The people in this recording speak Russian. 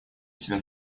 себя